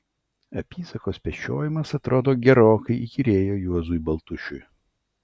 apysakos pešiojimas atrodo gerokai įkyrėjo juozui baltušiui